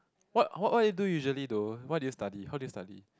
what what what do you do usually though what do you study how do you study